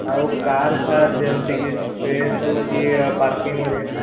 ଆଉ କାର୍ ଫାର୍ ଯେମିତି କି ସ୍ପେସ୍ ହଉ କି ପାର୍କିଂ